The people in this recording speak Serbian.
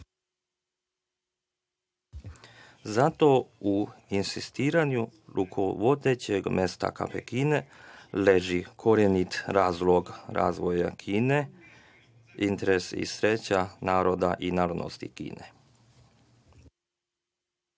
Zato u insistiranju rukovodećeg mesta KP Kine leži koreniti razlog razvoja Kine, interes i sreća naroda i narodnosti